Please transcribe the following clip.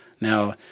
Now